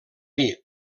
dir